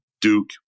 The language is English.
Duke